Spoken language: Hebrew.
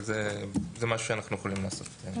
זה משהו שאנחנו יכולים לעשות.